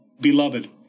Beloved